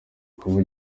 kuba